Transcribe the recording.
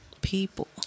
people